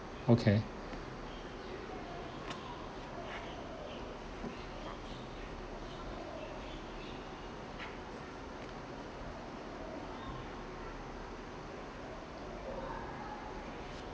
okay